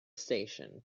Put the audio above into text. station